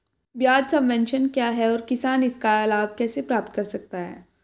ब्याज सबवेंशन क्या है और किसान इसका लाभ कैसे प्राप्त कर सकता है?